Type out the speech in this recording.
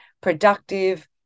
productive